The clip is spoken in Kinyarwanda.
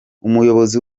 umukozi